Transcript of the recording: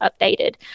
updated